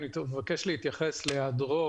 אני מבקש להתייחס להיעדרו